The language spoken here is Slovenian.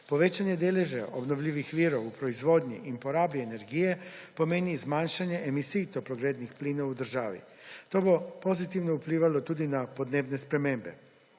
Povečane deleže obnovljivih virov v proizvodnji in porabi energije pomeni zmanjšanje emisij toplogrednih plinov v državi. To bo pozitivno vplivalo tudi na podnebne spremembe.